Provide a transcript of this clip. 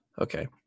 Okay